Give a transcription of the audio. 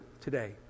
today